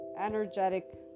Energetic